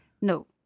No